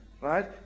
right